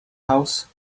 house